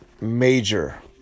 major